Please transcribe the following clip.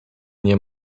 nie